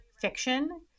fiction